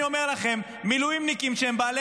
אני אומר לכם: מילואימניקים שהם בעלי